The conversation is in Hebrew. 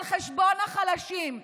על חשבון החלשים.